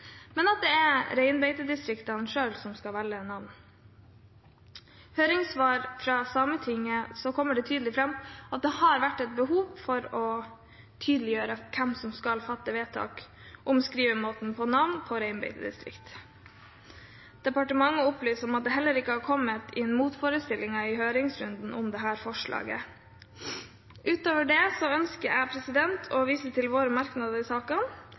men det er reinbeitedistriktene selv som skal velge navn. I høringssvar fra Sametinget kommer det tydelig fram at det har vært et behov for å tydeliggjøre hvem som skal fatte vedtak om skrivemåten av navn på reinbeitedistrikt. Departementet opplyser om at det heller ikke har kommet motforestillinger i høringsrunden til dette forslaget. Utover det ønsker jeg å vise til våre merknader i saken,